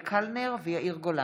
תודה.